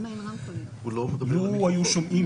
לו היו שומעים